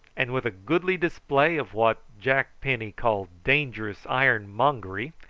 and with a goodly display of what jack penny called dangerous ironmongery,